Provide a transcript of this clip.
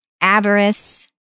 avarice